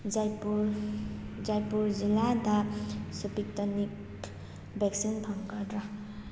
ꯖꯥꯏꯄꯨꯔ ꯖꯥꯏꯄꯨꯔ ꯖꯤꯂꯥꯗ ꯁꯨꯄꯤꯇꯅꯤꯛ ꯚꯦꯛꯁꯤꯟ ꯐꯪꯒꯗ꯭ꯔꯥ